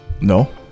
No